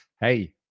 hey